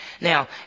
Now